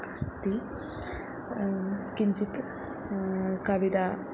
अस्ति किञ्चित् कविता